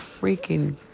freaking